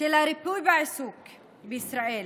ושל הריפוי בעיסוק בישראל,